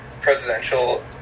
presidential